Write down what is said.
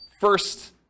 first